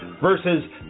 versus